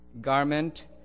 garment